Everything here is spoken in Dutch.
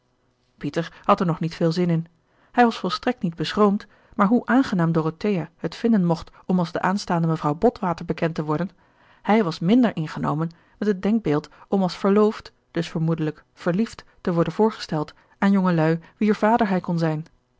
pieter had er nog niet veel zin in hij was volstrekt niet beschroomd maar hoe aangenaam dorothea het vinden mocht om als de aanstaande mevrouw botwater bekend te worden hij was minder ingenomen met het denkbeeld om als verloofd dus vermoedelijk verliefd te worden voorgesteld aan jongelui wier vader hij kon zijn